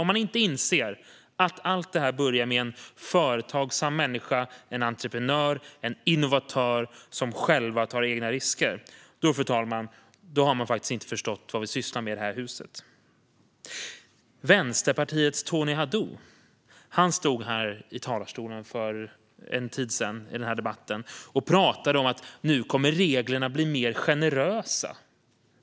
Om man inte inser att allt detta börjar med en företagsam människa - en entreprenör eller en innovatör - som själv tar risker har man faktiskt inte förstått vad vi sysslar med i det här huset, fru talman. Vänsterpartiets Tony Haddou stod här i talarstolen tidigare i denna debatt och pratade om att reglerna nu kommer att bli mer generösa.